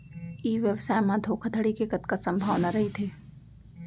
ई व्यवसाय म धोका धड़ी के कतका संभावना रहिथे?